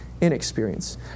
inexperience